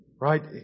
right